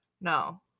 No